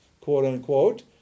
quote-unquote